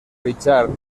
richard